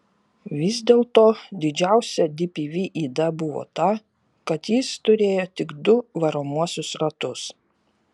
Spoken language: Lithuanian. vis dėl to didžiausia dpv yda buvo ta kad jis turėjo tik du varomuosius ratus